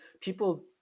people